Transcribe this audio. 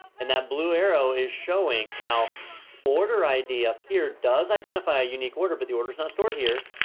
and that blue arrow is showing how order id up here does identify a unique order but the order's not stored here.